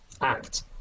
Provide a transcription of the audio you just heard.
act